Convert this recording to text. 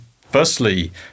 firstly